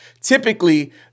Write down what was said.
typically